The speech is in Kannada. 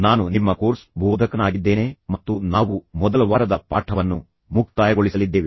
ನಾನು ನಿಮ್ಮ ಕೋರ್ಸ್ ಬೋಧಕನಾಗಿದ್ದೇನೆ ಮತ್ತು ನಾವು ಇದರೊಂದಿಗೆ ಮೊದಲ ವಾರದ ಪಾಠವನ್ನು ಮುಕ್ತಾಯಗೊಳಿಸಲಿದ್ದೇವೆ